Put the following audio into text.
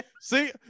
See